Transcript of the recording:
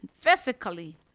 physically